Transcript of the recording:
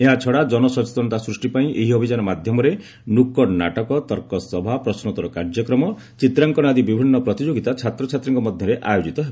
ଏହାଛଡ଼ା ଜନ ସଚେତନତା ସୂଷ୍ଟିପାଇଁ ଏହି ଅଭିଯାନ ମାଧ୍ୟମରେ 'ନୁକଡ଼୍ ନାଟକ' ତର୍କ ସଭା ପ୍ରଶ୍ନୋତ୍ତର କାର୍ଯ୍ୟକ୍ରମ ଚିତ୍ରାଙ୍କନ ଆଦି ବିଭିନ୍ନ ପ୍ରତିଯୋଗିତା ଛାତ୍ରଛାତ୍ରୀଙ୍କ ମଧ୍ୟରେ ଆୟୋଜିତ ହେବ